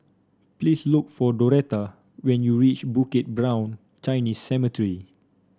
please look for Doretta when you reach Bukit Brown Chinese Cemetery